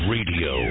Radio